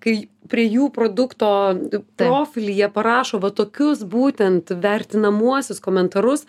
kai prie jų produkto profilyje parašo va tokius būtent vertinamuosius komentarus